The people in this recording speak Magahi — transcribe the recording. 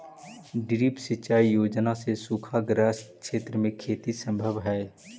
ड्रिप सिंचाई योजना से सूखाग्रस्त क्षेत्र में खेती सम्भव हइ